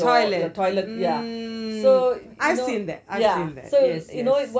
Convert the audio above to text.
toilet mm I've seen it I've seen it yes yes